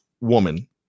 woman